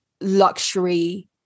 luxury